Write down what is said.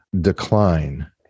decline